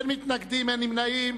אין מתנגדים, אין נמנעים.